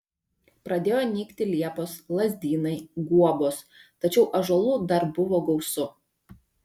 pradėjo nykti liepos lazdynai guobos tačiau ąžuolų dar buvo gausu